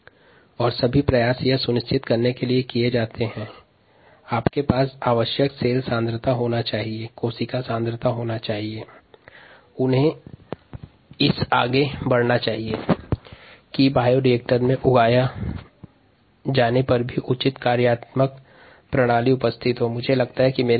अंगों और त्वचा उत्पादन में यह सुनिश्चित किया जाना चाहिए कि कोशिका की वांछित सांद्रता के साथ सही कार्यप्रणाली पर कार्य करें